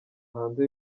hanze